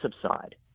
subside